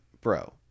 bro